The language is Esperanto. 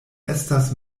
estas